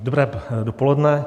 Dobré dopoledne.